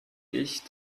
ich